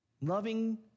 loving